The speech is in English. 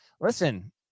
Listen